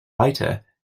lighter